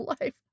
life